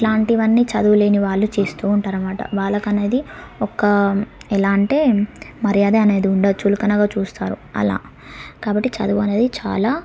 ఇట్లాంటివన్నీ చదువు లేని వాళ్ళు చేస్తూ ఉంటారు అన్నమాట వాళ్ళకనేది ఒక్క ఎలా అంటే మర్యాద అనేది ఉండదు చులకనగా చూస్తారు అలా కాబట్టి చదువు అనేది చాలా